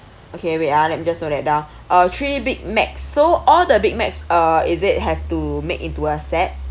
okay wait ah let me just note that down uh three big macs so all the big macs uh is it have to make into a set